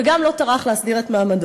וגם לא טרח להסדיר את מעמדו.